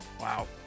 Wow